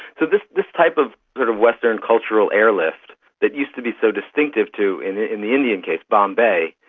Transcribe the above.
so this this type of sort of western cultural airlift that used to be so distinctive to, in ah in the indian case, bombay,